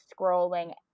scrolling